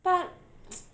but